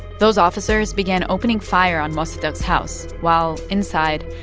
those officers began opening fire on mossadegh's house while, inside,